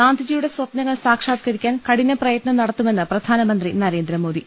ഗാന്ധിജിയുടെ സ്ഥപ്ന ങ്ങൾ സാക്ഷാത്കരിക്കാൻ കഠിന പ്രയത്ത്നം നടത്തു മെന്ന് പ്രധാനമന്ത്രി നരേന്ദ്രമോദി